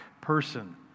person